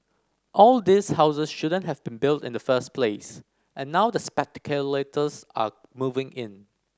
all these houses shouldn't have been built in the first place and now the are moving in